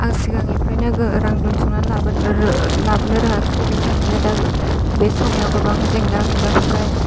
आं सिगांनिफ्रायनो रां दोनथुमनानै लाबोनो रोङासै बिनि थाखायनो दा बे समायाव गोबां जेंना नुजाफैबाय